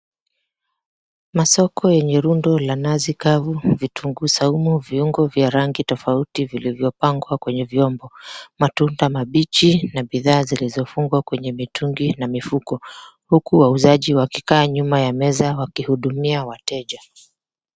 Masoko yenye rundo la nazi kavu, vitungu saumu, viungo vya rangi tofauti vilivyopangwa kwenye viombo, matunda mabichi na bidhaa zilizofungwa kwenye mitungi na mifuko huku waauzaji wakikaa nyuma ya meza wakihudumia wateja.